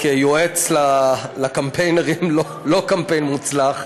כיועץ לקמפיינרים, לא קמפיין מוצלח,